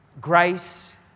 Grace